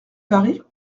paris